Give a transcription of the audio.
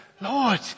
Lord